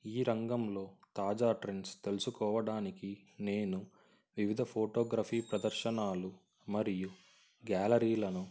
ఈ రంగంలో తాజా ట్రెండ్స్ తెలుసుకోవడానికి నేను వివిధ ఫోటోగ్రఫీ ప్రదర్శనలు మరియు గ్యాలరీలను